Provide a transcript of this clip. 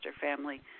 family